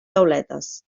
tauletes